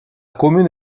commune